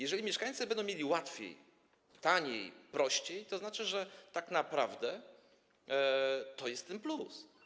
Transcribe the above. Jeżeli mieszkańcy będą mieli łatwiej, taniej, prościej, to znaczy, że tak naprawdę to jest ten plus.